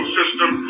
system